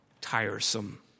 tiresome